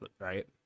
right